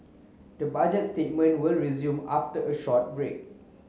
the budget statement will resume after a short break